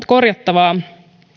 korjattavaa